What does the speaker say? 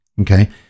Okay